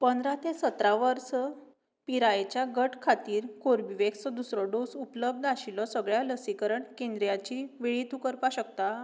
पंदरा ते सतरा वर्स पिरायेच्या गटा खातीर कोर्वीवॅक्साचो दुसरो डोस उपलब्द आशिल्लो सगळ्या लसीकरण केंद्रीयांची वळेरी तूं करपाक शकतां